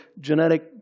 genetic